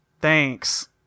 thanks